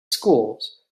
schools